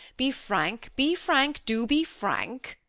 be frank, be frank, do be frank,